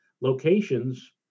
locations